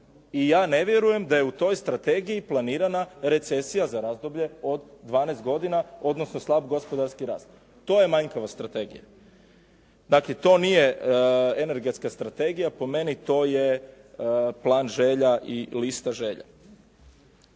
i ja ne vjerujem da je u toj strategiji planirana recesija za razdoblje od 12 godina, odnosno slab gospodarski rast. To je manjkavost strategije. Dakle, to nije energetska strategija. Po meni, to je plan želja i lista želja.